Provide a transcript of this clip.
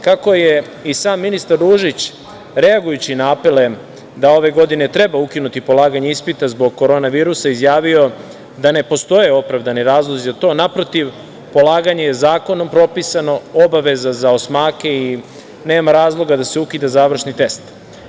Kako je i sam ministar Ružić reagujući na apele da ove godine treba ukinuti polaganje ispita zbog korona virusa, izjavio da ne postoje opravdani razlozi, naprotiv, polaganje je zakonom propisano, obaveza za osmake i nema razloga da se ukida završni test.